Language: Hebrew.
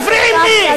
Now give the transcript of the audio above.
מפריעים לי.